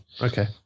okay